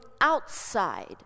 outside